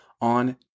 on